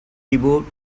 debut